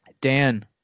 Dan